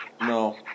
No